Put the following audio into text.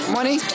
Money